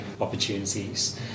opportunities